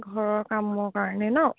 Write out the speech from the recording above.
ঘৰৰ কামৰ কাৰণে ন